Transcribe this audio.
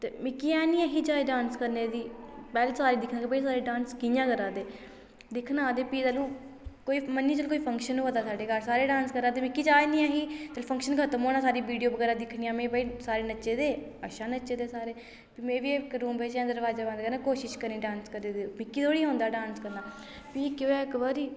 ते मिगी हैनी ही जाच डांस करने दी पैह्लें सारे दिक्खना कि भई डांस कियां करा दे दिक्खना हा ते फ्ही तेल्लू कोई मन्नी चलो कोई फंक्शन होआ दा ऐ साढ़े घ़र सारे डांस करा दे मिकी जाच नेही ऐ ही फंक्शन खतम होना सारी वीडियो बगैरा दिक्खनियां में भई सारे नच्चे दे अच्छा नच्चे दे सारे फ्ही में बी इक रूम बिच्च दरवाजा बंद करना ते कोशिश करनी डांस करने दी मिकी थोह्ड़ा औंदा डांस करना फ्ही केह् होएआ एक्क बारी